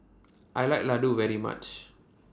I like Ladoo very much